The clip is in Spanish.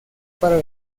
para